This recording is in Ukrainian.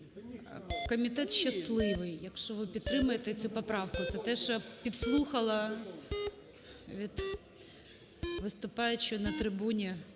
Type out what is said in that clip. Комітет щасливий, якщо ви підтримаєте цю поправку, це те, що підслухала від виступаючого на трибуні